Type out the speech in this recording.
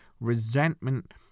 resentment